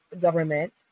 government